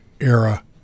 era